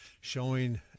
showing